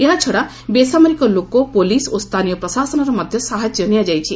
ଏହାଛଡା ବେସାମରିକ ଲୋକ ପୋଲିସ ଓ ସ୍ଥାନୀୟ ପ୍ରଶାସନର ମଧ୍ୟ ସାହାଯ୍ୟ ନିଆଯାଇଛି